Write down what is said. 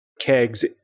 kegs